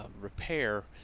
repair